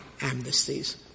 amnesties